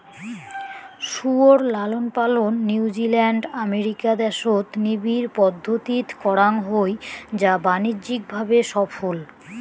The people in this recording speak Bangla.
শুয়োর লালনপালন নিউজিল্যান্ড, আমেরিকা দ্যাশত নিবিড় পদ্ধতিত করাং হই যা বাণিজ্যিক ভাবে সফল